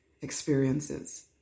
experiences